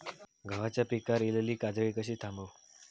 गव्हाच्या पिकार इलीली काजळी कशी थांबव?